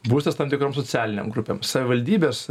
būstas tam tikrom socialinėm grupėm savivaldybės